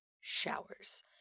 showers